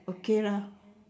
okay lah